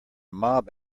mob